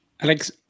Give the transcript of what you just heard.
Alex